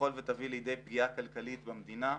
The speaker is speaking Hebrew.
שיכול ותביא לידי פגיעה כלכלית במדינה.